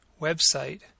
website